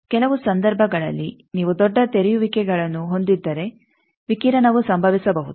ಕೆಲವು ಸಂದರ್ಭಗಳಲ್ಲಿ ನೀವು ದೊಡ್ಡ ತೆರೆಯುವಿಕೆಗಳನ್ನು ಹೊಂದಿದ್ದರೆ ವಿಕಿರಣವು ಸಂಭವಿಸಬಹುದು